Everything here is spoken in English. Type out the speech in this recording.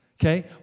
okay